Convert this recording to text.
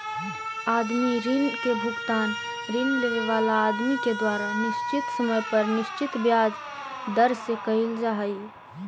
आदमी ऋण के भुगतान ऋण लेवे वाला आदमी के द्वारा निश्चित समय पर निश्चित ब्याज दर से कईल जा हई